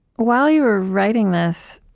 while you were writing this,